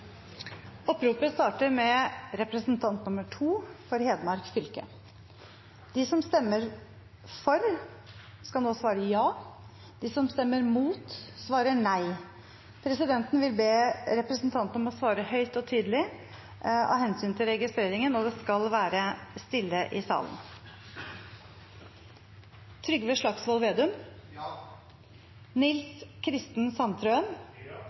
Oppropet starter med representant nr. 2 for Hedmark fylke, Trygve Slagsvold Vedum. De som stemmer for komiteens innstilling til II, svarer ja. De som stemmer imot, svarer nei. Presidenten vil anmode representantene om å svare høyt og tydelig av hensyn til registreringen, og det skal være stille i salen. De 167 representantene som stemte for grunnlovsforslaget, var: Trygve Slagsvold Vedum,